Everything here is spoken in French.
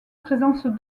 présence